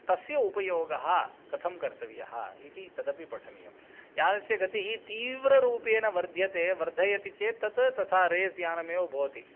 तस्य उपयोगः कथं कर्तव्यः इति तदपि पठनीयं यानस्य गतिः तीव्ररूपेण वर्धयति वर्धयति चेत् तत् तथा रेस् यानमेव भवति